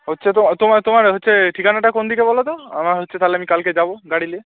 হচ্ছে তো তোমার তোমার হচ্ছে ঠিকানাটা কোন দিকে বলো তো আমার হচ্ছে তাহলে আমি কালকে যাবো গাড়ি নিয়ে